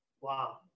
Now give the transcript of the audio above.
Wow